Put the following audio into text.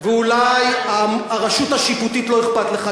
ואולי מהרשות השיפוטית לא אכפת לך,